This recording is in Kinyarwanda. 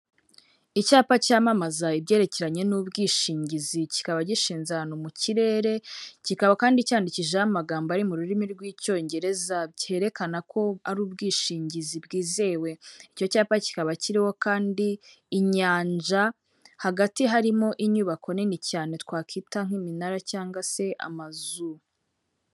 Icyapa cyamamaza ibyerekeranye n'ubwishingizi, kikaba gishinze ahantu mu kirere, kikaba kandi cyandikishijeho amagambo ari mu rurimi rw'icyongereza cyerekana ko ari ubwishingizi bwizewe, icyo cyapa kikaba kiriho kandi inyanja hagati harimo inyubako nini cyane twakwita nk'iminara cyangwa se amazu.